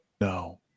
No